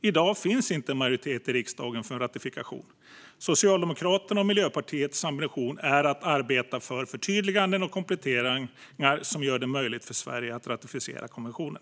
I dag finns inte majoritet i riksdagen för en ratifikation. Socialdemokraternas och Miljöpartiets ambition är att arbeta för förtydliganden och kompletteringar som gör det möjligt för Sverige att ratificera konventionen.